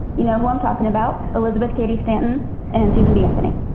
you know who i'm talking about. elizabeth katie stanton and susan b. anthony.